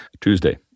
Tuesday